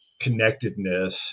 connectedness